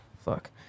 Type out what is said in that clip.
Fuck